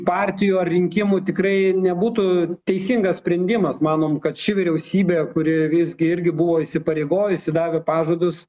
partijų ar rinkimų tikrai nebūtų teisingas sprendimas manom kad ši vyriausybė kuri visgi irgi buvo įsipareigojusi gavę pažadus